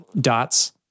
dots